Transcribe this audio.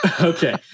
Okay